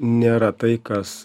nėra tai kas